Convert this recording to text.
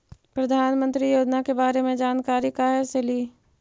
प्रधानमंत्री योजना के बारे मे जानकारी काहे से ली?